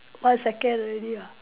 one second already [what]